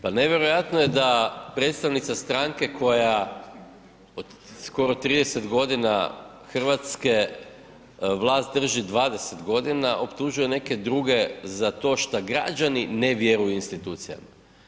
Pa nevjerojatno je da predstavnica stranke koja skoro 30 godina Hrvatske vlast drži 20 godina optužuje neke druge za to što građani ne vjeruju institucijama.